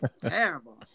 terrible